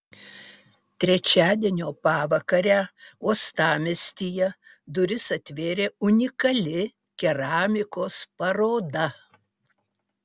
trečiadienio pavakarę uostamiestyje duris atvėrė unikali keramikos paroda